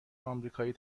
آمریکایی